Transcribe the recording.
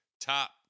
Top